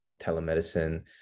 telemedicine